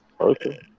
Okay